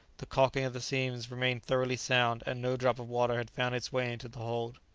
the caulking of the seams remained thoroughly sound, and no drop of water had found its way into the hold.